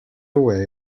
away